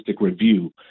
review